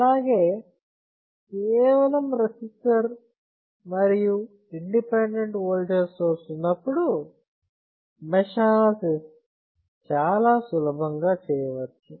అలాగే కేవలం రెసిస్టర్ మరియు ఇండిపెండెంట్ ఓల్టేజ్ సోర్స్ ఉన్నప్పుడు మెష్ అనాలసిస్ చాలా సులభంగా చేయవచ్చు